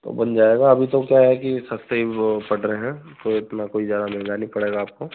तो बन जाएगा अभी तो क्या है कि सस्ते वह पट रहे हैं तो इतना कोई ज़्यादा महँगा नहीं पड़ेगा आपको